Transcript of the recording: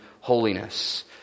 holiness